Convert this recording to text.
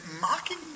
mocking